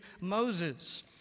Moses